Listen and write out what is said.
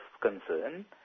concern